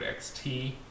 XT